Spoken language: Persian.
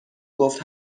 گفت